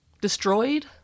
Destroyed